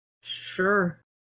sure